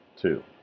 Two